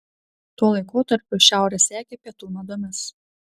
tuo laikotarpiu šiaurė sekė pietų madomis